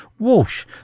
Walsh